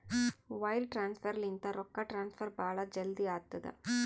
wire transfer ಲಿಂತ ರೊಕ್ಕಾ transfer ಭಾಳ್ ಜಲ್ದಿ ಆತ್ತುದ